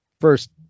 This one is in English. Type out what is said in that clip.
first